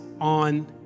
on